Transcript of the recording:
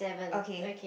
okay